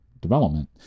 development